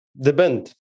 Depend